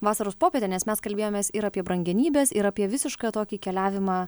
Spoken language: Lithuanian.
vasaros popietė nes mes kalbėjomės ir apie brangenybes ir apie visišką tokį keliavimą